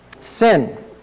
sin